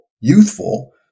youthful